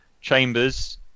Chambers